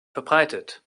verbreitet